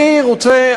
אני רוצה,